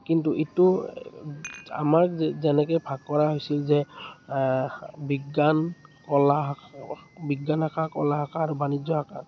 কিন্তু ইটো আমাৰ যে যেনেকে ভাগ কৰা হৈছিল যে বিজ্ঞান কলা বিজ্ঞান শাখা কলা শাখা আৰু বাণিজ্য শাখা